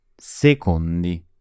Secondi